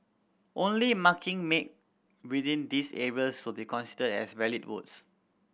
only marking made within these areas will be considered as valid votes